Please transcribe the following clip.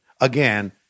again